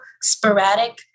Sporadic